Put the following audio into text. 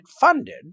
funded